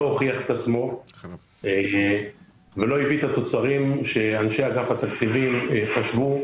הוכיח את עצמו ולא הביא את התוצרים שאנשי אגף התקציבים חשבו